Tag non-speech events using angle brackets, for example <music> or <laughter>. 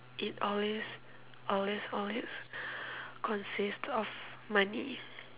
it always always always <breath> consists of money